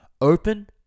Open